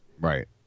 Right